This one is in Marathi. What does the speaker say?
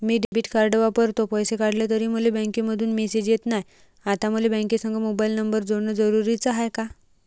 मी डेबिट कार्ड वापरतो, पैसे काढले तरी मले बँकेमंधून मेसेज येत नाय, आता मले बँकेसंग मोबाईल नंबर जोडन जरुरीच हाय का?